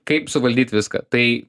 kaip suvaldyt viską tai